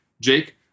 Jake